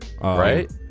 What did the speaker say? Right